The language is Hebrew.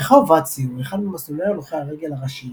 רחוב ואצי הוא אחד ממסלולי הולכי רגל הראשיים